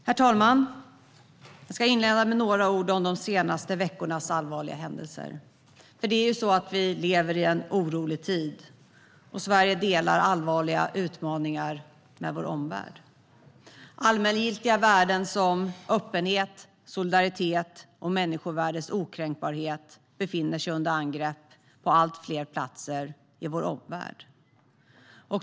Herr talman! Jag ska inleda med några ord om de senaste veckornas allvarliga händelser. Vi lever i en orolig tid, och vi i Sverige delar allvarliga utmaningar med vår omvärld. Allmängiltiga värden som öppenhet, solidaritet och människovärdets okränkbarhet befinner sig under angrepp på allt fler platser i vår omvärld.